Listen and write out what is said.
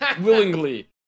willingly